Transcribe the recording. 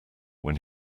when